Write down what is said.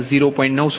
056 અને 0